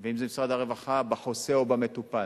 אם זה משרד הרווחה בחוסה או במטופל,